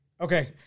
okay